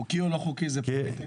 חוקי או לא חוקי זה פוליטי.